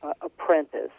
apprentice